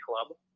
Club